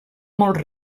molt